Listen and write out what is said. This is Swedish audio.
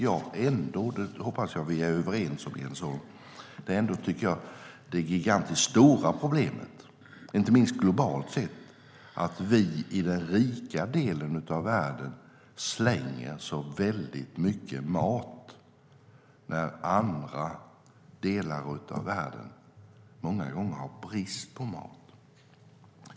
Jag hoppas att vi är överens om, Jens Holm, att det gigantiskt stora problemet inte minst globalt är att vi i den rika delen av världen slänger väldigt mycket mat samtidigt som andra delar av världen har brist på mat.